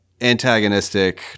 antagonistic